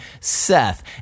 Seth